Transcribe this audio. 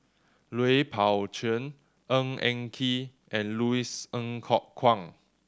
Lui Pao Chuen Ng Eng Kee and Louis Ng Kok Kwang